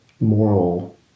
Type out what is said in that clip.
moral